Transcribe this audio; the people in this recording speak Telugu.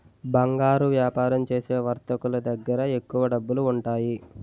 బంగారు వ్యాపారం చేసే వర్తకులు దగ్గర ఎక్కువ డబ్బులుంటాయి